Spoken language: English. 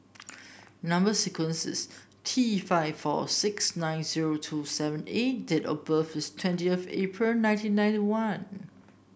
number sequence is T five four six nine zero two seven A date of birth is twentieth April nineteen ninety one